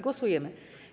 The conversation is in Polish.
Głosujemy.